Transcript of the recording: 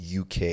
UK